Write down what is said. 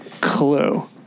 clue